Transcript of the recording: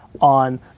on